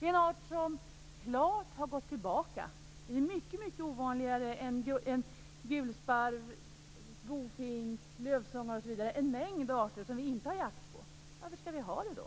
Det är en art som klart har gått tillbaka. Den är mycket ovanligare än gulsparv, bofink, lövsångare och en mängd arter som vi inte har jakt på. Varför skall vi då ha jakt på